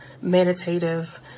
meditative